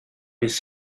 his